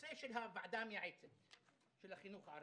נושא הוועדה המייעצת של החינוך הערבי.